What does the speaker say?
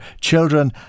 children